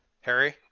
Harry